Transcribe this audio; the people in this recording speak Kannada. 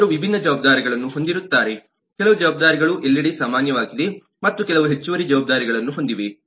ಅವರು ವಿಭಿನ್ನ ಜವಾಬ್ದಾರಿಗಳನ್ನು ಹೊಂದಿರುತ್ತಾರೆ ಕೆಲವು ಜವಾಬ್ದಾರಿಗಳು ಎಲ್ಲೆಡೆ ಸಾಮಾನ್ಯವಾಗಿದೆ ಮತ್ತು ಕೆಲವು ಹೆಚ್ಚುವರಿ ಜವಾಬ್ದಾರಿಗಳನ್ನು ಹೊಂದಿವೆ